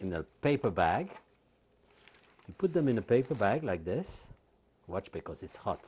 a paper bag and put them in a paper bag like this watch because it's hot